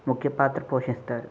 ముఖ్యపాత్ర పోషిస్తారు